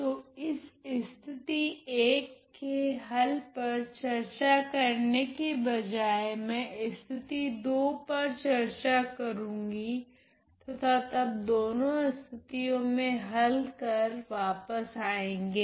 तो इस स्थिति 1 के हल पर चर्चा करने के बजाए मैं स्थिति 2 पर चर्चा करूँगी तथा तब दोनों स्थितियों में हल पर वापस आएंगे